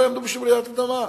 לא יעמדו בשום רעידת אדמה,